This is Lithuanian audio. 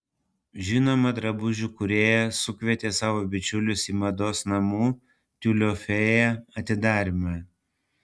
žinoma drabužių kūrėja sukvietė savo bičiulius į mados namų tiulio fėja atidarymą